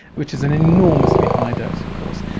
which is an enormously high dose of course,